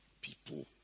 people